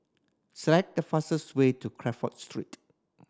select the fastest way to Crawford Street